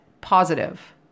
positive